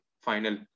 final